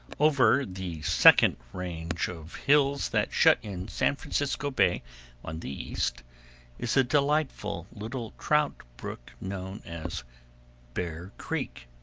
over the second range of hills that shut in san francisco bay on the east is a delightful little trout brook known as bear creek.